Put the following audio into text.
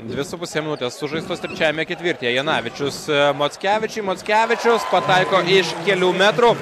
dvi su puse minutės sužaistos trečiajame ketvirtyje janavičius mockevičiui mockevičiaus pataiko iš kelių metrų